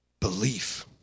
belief